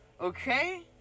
Okay